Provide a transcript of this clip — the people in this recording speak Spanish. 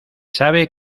sabe